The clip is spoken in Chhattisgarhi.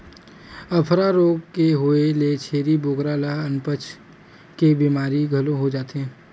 अफारा रोग के होए ले छेरी बोकरा ल अनपचक के बेमारी घलो हो जाथे